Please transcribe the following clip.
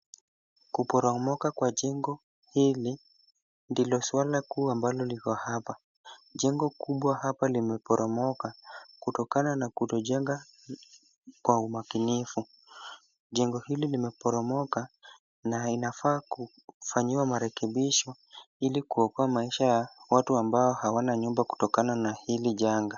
Kuporomoka kwa jeno hili ndilo swala kuu ambalo liko hapa. Jengo kubwa hapa limeporomoka kutokana na kutojenga kwa umakinifu. Jengo hili limeporomoka na inafaa kufanyiwa marekebisho ili kuokoa maisha ya watu ambao hawana nyumba kutokana na hili janga.